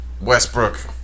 Westbrook